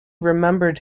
remembered